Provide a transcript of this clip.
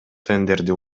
тендерди